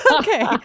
Okay